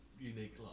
unique